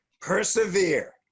persevere